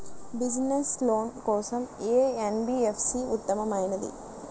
Business loan కోసం ఏ NBFC ఉత్తమమైనది?